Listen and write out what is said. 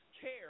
care